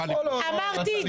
מנסור עבאס הוא כן נפגש.